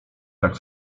tak